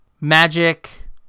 magic